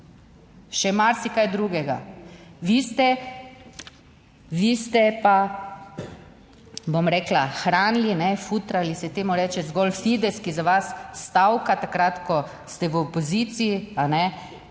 Še marsikaj drugega. Vi ste pa, bom rekla, hranili, futrali se temu reče zgolj Fides, ki za vas stavka takrat, ko ste v opoziciji